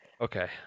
Okay